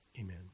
Amen